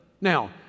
Now